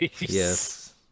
Yes